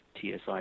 TSI